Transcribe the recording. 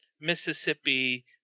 Mississippi